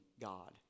God